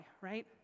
right